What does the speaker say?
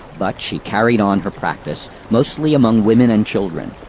but she carried on her practice, mostly among women and children.